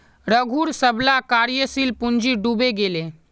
रघूर सबला कार्यशील पूँजी डूबे गेले